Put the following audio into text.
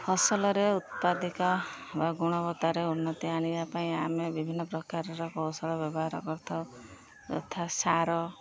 ଫସଲରେ ଉତ୍ପାଦିକ ବା ଗୁଣବତ୍ତାରେ ଉନ୍ନତି ଆଣିବା ପାଇଁ ଆମେ ବିଭିନ୍ନ ପ୍ରକାରର କୌଶଳ ବ୍ୟବହାର କରିଥାଉ ଯଥା ସାର